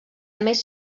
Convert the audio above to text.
més